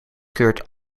keurt